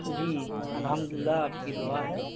جی الحمد للہ آپ کی دعا ہے